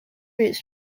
routes